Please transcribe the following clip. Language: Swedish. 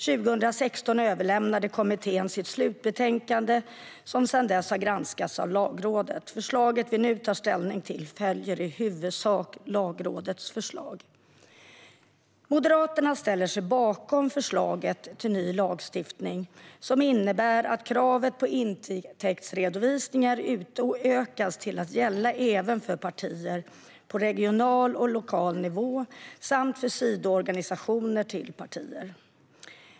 År 2016 överlämnade kommittén sitt slutbetänkande som sedan dess har granskats av Lagrådet. Förslaget vi nu ska ta ställning till följer i huvudsak Lagrådets förslag. Moderaterna ställer sig bakom förslaget till ny lagstiftning som innebär att kravet på intäktsredovisningar utökas till att gälla även partier på regional och lokal nivå samt sidoorganisationer till partier.